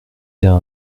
bien